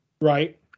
Right